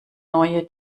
neue